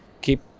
keep